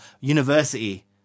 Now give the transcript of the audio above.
university